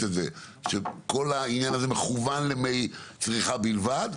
שכל העניין הזה מכוון למי צריכה בלבד,